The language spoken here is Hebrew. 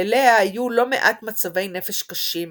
ללאה היו לא מעט מצבי נפש קשים,